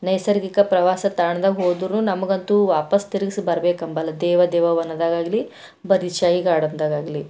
ನೈಸರ್ಗಿಕ ಪ್ರವಾಸ ತಾಣದಾಗೆ ಹೋದ್ರೂನು ನಮಗಂತೂ ವಾಪಾಸ್ಸು ತಿರ್ಗಸಿ ಬರ್ಬೇಕಂಬಲ್ಲ ದೇವ ದೇವ ವನದಾಗಾಗ್ಲಿ ಬರೀದ್ ಶಾಹಿ ಗಾರ್ಡನ್ದಗಾಗ್ಲಿ